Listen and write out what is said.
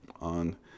on